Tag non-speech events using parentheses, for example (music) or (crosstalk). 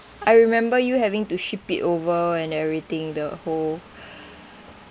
I remember you having to ship it over and everything the whole (breath)